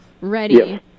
ready